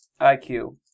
IQ